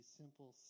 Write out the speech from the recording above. simple